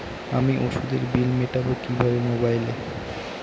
আমি ওষুধের বিল মেটাব কিভাবে মোবাইলে?